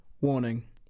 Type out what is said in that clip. Warning